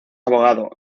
abogado